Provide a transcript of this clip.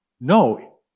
No